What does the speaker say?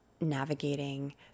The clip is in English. navigating